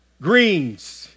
greens